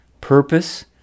purpose